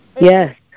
Yes